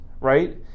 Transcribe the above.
right